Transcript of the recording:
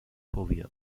phobia